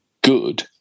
good